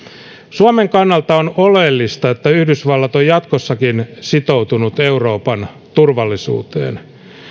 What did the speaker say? suomen kannalta on oleellista että yhdysvallat on jatkossakin sitoutunut euroopan turvallisuuteen